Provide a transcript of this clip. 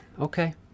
Okay